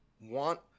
want